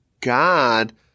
God